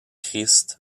christ